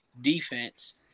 defense